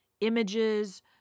images